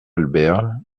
albert